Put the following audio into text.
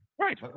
Right